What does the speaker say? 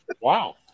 Wow